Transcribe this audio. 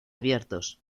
abiertos